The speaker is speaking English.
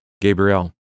Gabriel